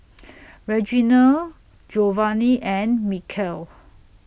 Reginal Giovanni and Mykel